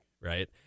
right